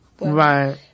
right